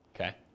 Okay